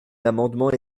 l’amendement